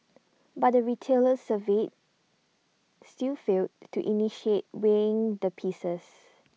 but the retailers surveyed still failed to initiate weighing the pieces